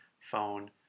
phone